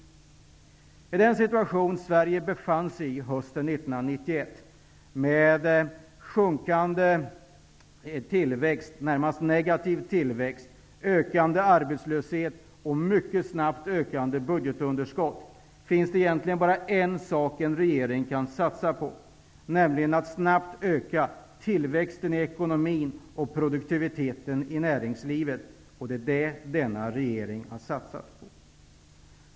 I en sådan situation som Sverige befann sig i hösten 1991, med sjunkande, närmast negativ tillväxt, ökande arbetslöshet och ett mycket snabbt ökande budgetunderskott, finns det egentligen bara en sak som en regering kan satsa på, nämligen att snabbt öka tillväxten i ekonomin och produktiviteten i näringslivet. Det är det som denna regering har satsat på.